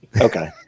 Okay